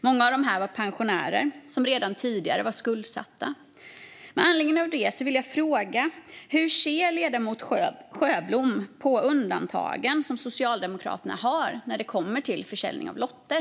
Många av dem var pensionärer som redan tidigare var skuldsatta. Med anledning av det vill jag fråga: Hur ser ledamoten Sjöblom på undantagen som Socialdemokraterna har när det kommer till försäljning av lotter?